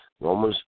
Romans